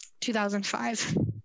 2005